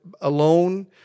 alone